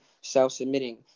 self-submitting